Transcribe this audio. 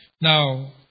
Now